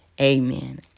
Amen